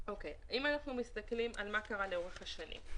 אם אנחנו מסתכלים על מה קרה לאורך השנים.